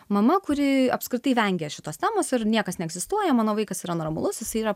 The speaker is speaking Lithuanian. mama kuri apskritai vengė šitos temos ir niekas neegzistuoja mano vaikas yra normalus jisai yra